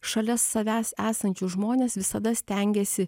šalia savęs esančius žmones visada stengiasi